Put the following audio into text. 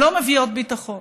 לא מביאים ביטחון.